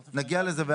אה, נגיע לזה.